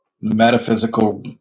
metaphysical